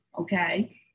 okay